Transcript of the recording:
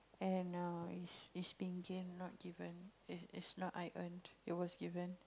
and err is is been game not given is is not I earn it was given